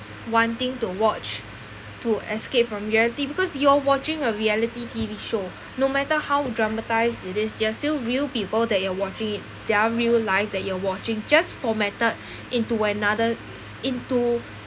wanting to watch to escape from reality because you're watching a reality T_V show no matter how dramatise it is they're still real people that you are watching it their real life that you're watching just formatted into another into